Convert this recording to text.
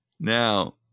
Now